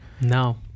No